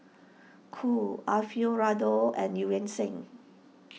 Cool Alfio Raldo and Eu Yan Sang